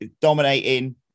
dominating